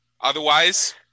otherwise